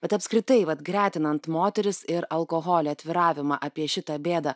bet apskritai vat gretinant moteris ir alkoholį atviravimą apie šitą bėdą